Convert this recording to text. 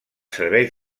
serveis